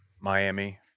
Miami